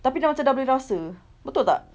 tapi dah macam dah boleh rasa betul tak